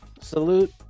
Salute